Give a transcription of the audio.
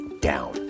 down